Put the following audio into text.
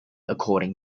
according